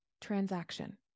transaction